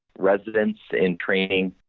residents and training,